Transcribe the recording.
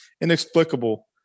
inexplicable